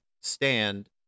stand